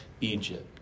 Egypt